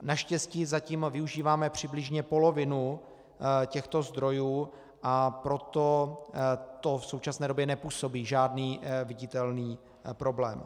Naštěstí zatím využíváme přibližně polovinu těchto zdrojů, a proto to v současné době nepůsobí žádný viditelný problém.